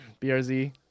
brz